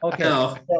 Okay